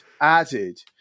added